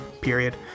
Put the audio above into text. Period